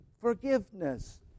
Forgiveness